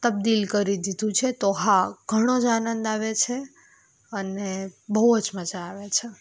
તબદીલ કરી દીધું છે તો હા ઘણો જ આનંદ આવે છે અને બહુ જ મજા આવે છે